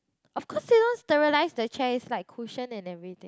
of course they don't sterilise the chair it's like cushion and everything